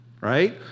Right